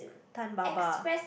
Time Baba